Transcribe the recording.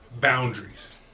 Boundaries